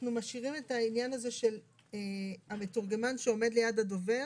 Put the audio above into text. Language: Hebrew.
אנחנו משאירים את העניין הזה של המתורגמן שעומד ליד הדובר,